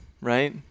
right